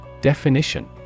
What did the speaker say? Definition